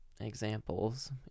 examples